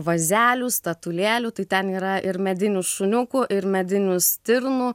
vazelių statulėlių tai ten yra ir medinių šuniukų ir medinių stirnų